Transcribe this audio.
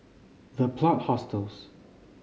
The Plot Hostels